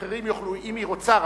רק אם היא רוצה.